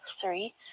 three